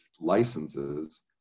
licenses